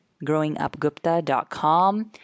growingupgupta.com